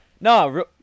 No